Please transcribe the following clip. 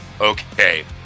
Okay